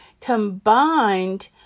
combined